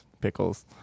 pickles